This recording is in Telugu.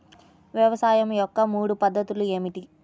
వ్యవసాయం యొక్క మూడు పద్ధతులు ఏమిటి?